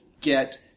get